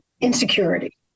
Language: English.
insecurity